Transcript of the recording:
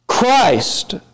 Christ